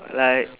like